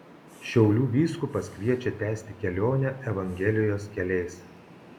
šiaulių vyskupas kviečia tęsti kelionę evangelijos keliais